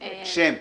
שם.